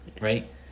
right